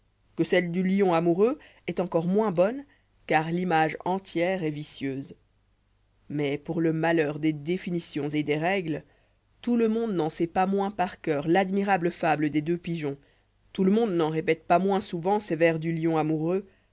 que celle du lion amoureux est encore moins bonne cari'image entière est vicieuse mais pour le malheur des définitions et des règles tout le monde n'en sait pas moins par coeur l'admirable fable des deux pigeons tout le monde n'en répète pas moins souvent ces vers du lion amoureux